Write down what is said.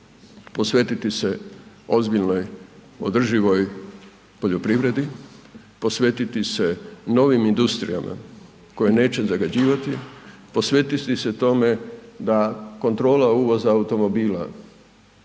posvetiti se ozbiljnoj održivoj poljoprivredi, posvetiti se novim industrijama koje neće zagađivati, posvetiti se tome da kontrola uvoza automobila